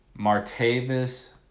Martavis